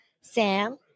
Sam